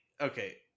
okay